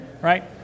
Right